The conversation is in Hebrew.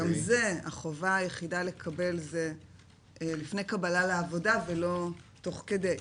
גם פה החובה היחידה לקבל היא לפני קבלה לעבודה ולא תוך כדי,